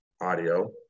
audio